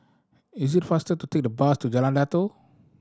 is it faster to take the bus to Jalan Datoh